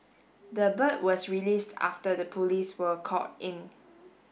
the bird was released after the police were called in